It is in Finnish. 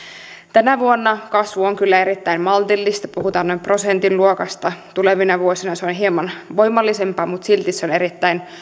tänä vuonna kasvu on kyllä erittäin maltillista puhutaan noin prosentin luokasta tulevina vuosina se on hieman voimallisempaa mutta silti se on erittäin